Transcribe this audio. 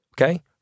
Okay